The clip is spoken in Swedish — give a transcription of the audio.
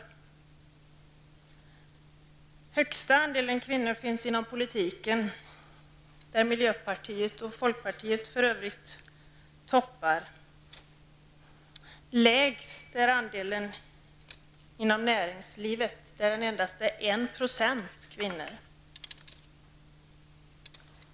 Den högsta andelen kvinnor finns inom politiken, där miljöpartiet och folkpartiet för övrigt toppar. Lägst är andelen inom näringslivet, där det endast är 1 % kvinnor.